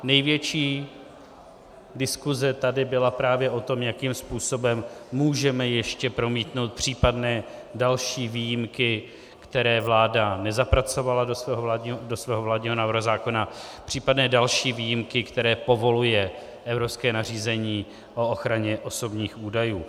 Největší diskuze tady byla právě o tom, jakým způsobem můžeme ještě promítnout případné další výjimky, které vláda nezapracovala do svého vládního návrhu zákona, případné další výjimky, které povoluje evropské nařízení o ochraně osobních údajů.